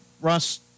Russ